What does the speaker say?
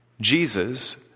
Jesus